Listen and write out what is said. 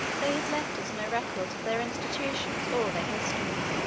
they have left us no records of their institutions or their history.